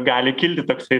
gali kilti toksai